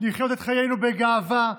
לחיות את חיינו בגאווה,